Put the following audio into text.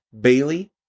Bailey